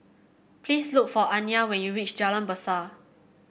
please look for Aniya when you reach Jalan Besar